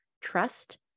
trust